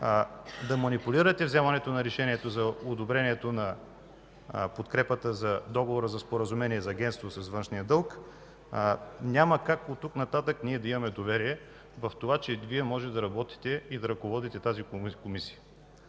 да манипулирате вземането на решението за одобрението на подкрепата за Договора за споразумение за агентство с външния дълг, няма как от тук нататък ние да имаме доверие в това, че Вие можете да работите и да ръководите тази Комисия,